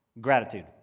gratitude